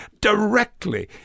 directly